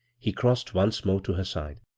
he crossed once more to her side.